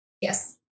Yes